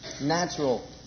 natural